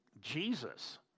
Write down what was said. Jesus